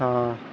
ہاں